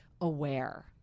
aware